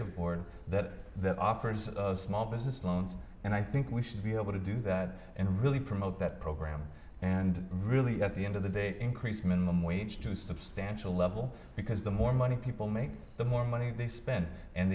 administrative board that that offers of small business loans and i think we should be able to do that and really promote that program and really at the end of the day to increase minimum wage to substantial level because the more money people make the more money they spend and